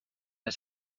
der